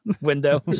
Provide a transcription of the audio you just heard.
window